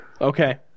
Okay